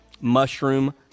mushroom